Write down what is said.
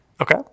Okay